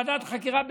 ועדת חקירה,